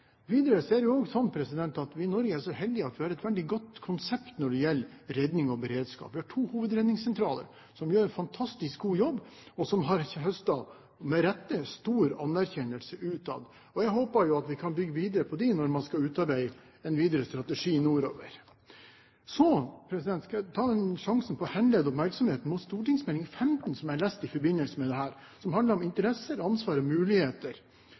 Videre er det slik at vi i Norge er så heldige at vi har et veldig godt konsept når det gjelder redning og beredskap. Vi har to hovedredningssentraler som gjør en fantastisk god jobb, og som – med rette – har høstet stor anerkjennelse utenfra. Jeg håper jo at vi kan bygge videre på dem når man skal utarbeide den videre strategi nordover. Så skal jeg ta sjansen på å henlede oppmerksomheten på St.meld. nr. 15 for 2008–2009, Interesser, ansvar og muligheter,